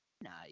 Nice